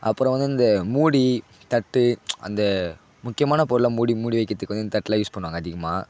அப்புறம் வந்து இந்த மூடி தட்டு அந்த முக்கியமான பொருளெலாம் மூடி மூடி வைக்கிறதுக்கு வந்து இந்த தட்டலாம் யூஸ் பண்ணுவாங்க அதிகமாக